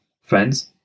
friends